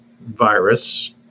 virus